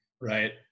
Right